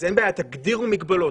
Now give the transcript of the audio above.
אין בעיה, תגדירו מגבלות.